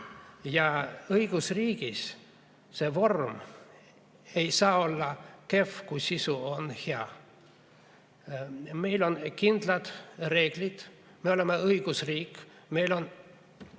Õigusriigis see vorm ei saa olla kehv, kui sisu on hea. Meil on kindlad reeglid, me oleme õigusriik, meil on